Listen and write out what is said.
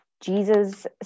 Jesus